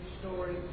story